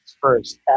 first